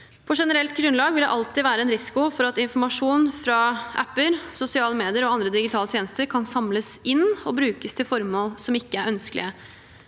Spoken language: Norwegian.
På generelt grunnlag vil det alltid være en risiko for at informasjon fra apper, sosiale medier og andre digitale tjenester kan samles inn og brukes til formål som ikke